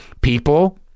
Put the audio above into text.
people